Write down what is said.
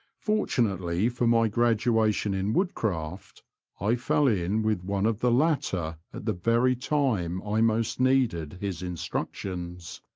fortunately for my graduation in woodcraft i fell in with one of the latter at the very time i most needed his in structions.